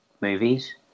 movies